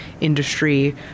industry